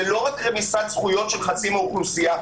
זה לא רק רמיסת זכויות של חצי מהאוכלוסייה,